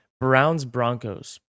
Browns-Broncos